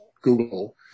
Google